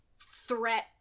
threat